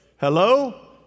Hello